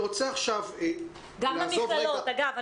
גם במכללות, אגב.